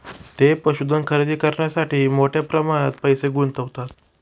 ते पशुधन खरेदी करण्यासाठी मोठ्या प्रमाणात पैसे गुंतवतात